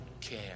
care